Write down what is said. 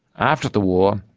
after the war,